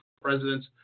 presidents